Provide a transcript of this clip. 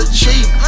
cheap